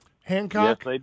Hancock